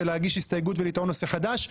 להגיש הסתייגות ולטעון נושא חדש,